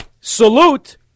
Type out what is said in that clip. salute